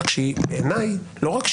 רק שבעיניי היא לא רלוונטית.